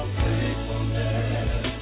faithfulness